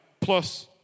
plus